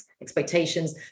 expectations